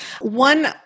one